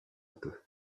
peu